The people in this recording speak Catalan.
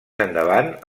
endavant